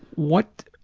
what.